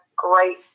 Great